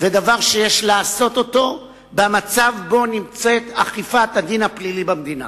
ודבר שיש לעשות אותו במצב שבו נמצאת אכיפת הדין הפלילי במדינה.